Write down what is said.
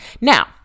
now